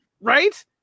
Right